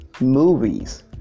movies